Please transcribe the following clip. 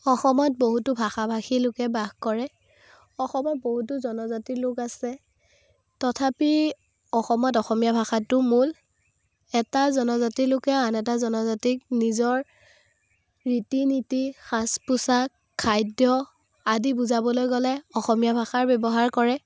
অসমত বহুতো ভাষা ভাষী লোকে বাস কৰে অসমৰ বহুতো জনজাতি লোক আছে তথাপি অসমত অসমীয়া ভাষাটো মূল এটা জনজাতিৰ লোকে আন এটা জনজাতিক নিজৰ ৰীতি নীতি সাজ পোছাক খাদ্য আদি বুজাবলৈ গ'লে অসমীয়া ভাষাৰ ব্যৱহাৰ কৰে